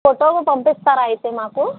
ఫోటోలు పంపిస్తారా అయితే మాకు